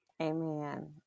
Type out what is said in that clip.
Amen